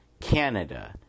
Canada